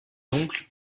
l’oncle